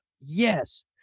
yes